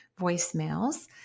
voicemails